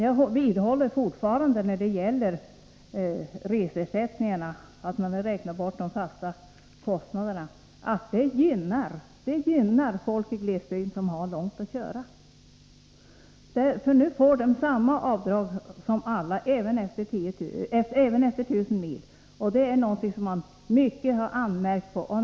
Jag vidhåller fortfarande när det gäller reseersättningarna att ett borträknande av de fasta kostnaderna gynnar folk i glesbygder som har långt att köra. Nu får de samma avdrag som alla andra, även efter 1 000 mil. Det har inte varit förhållandet tidigare, vilket det har anmärkts mycket på.